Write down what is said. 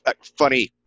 funny